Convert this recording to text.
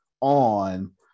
on